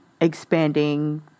expanding